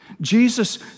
Jesus